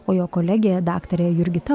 o jo kolegė daktarė jurgita